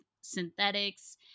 synthetics